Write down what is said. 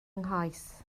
nghoes